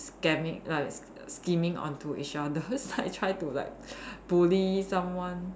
scamming like scheming onto each other so like try to like bully someone